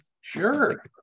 sure